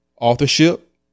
authorship